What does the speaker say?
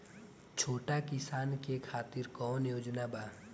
छोटा किसान के खातिर कवन योजना बा?